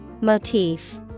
Motif